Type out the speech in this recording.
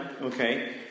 okay